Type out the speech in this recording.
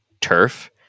turf